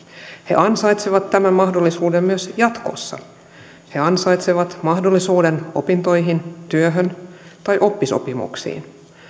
he ansaitsevat tämän mahdollisuuden myös jatkossa he ansaitsevat mahdollisuuden opintoihin työhön tai oppisopimuksiin